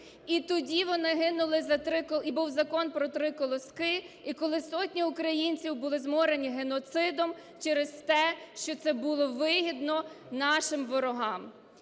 І тоді вони гинули, і був Закон "про три колоски", і коли сотні українців були зморені геноцидом через те, що це було вигідно нашим ворогам.